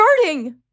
starting